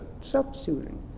substituting